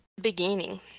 beginning